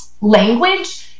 language